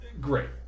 great